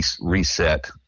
Reset